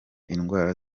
indwara